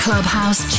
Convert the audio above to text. Clubhouse